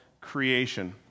creation